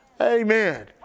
Amen